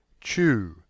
chew